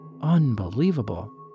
Unbelievable